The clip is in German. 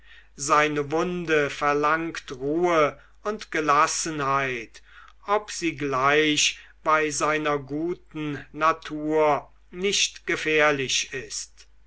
seine wunde verlangt ruhe und gelassenheit ob sie gleich bei seiner guten natur nicht gefährlich ist